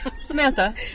Samantha